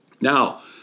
Now